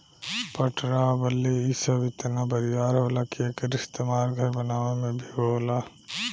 पटरा आ बल्ली इ सब इतना बरियार होला कि एकर इस्तमाल घर बनावे मे भी होला